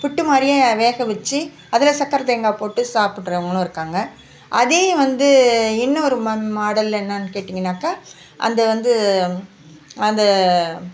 புட்டு மாதிரியே வேக வச்சு அதில் சக்கரை தேங்காய் போட்டு சாப்பிட்றவங்களும் இருக்காங்க அதே வந்து இன்னோரு மா மாடல் என்னான்னு கேட்டிங்கனாக்கா அது வந்து அது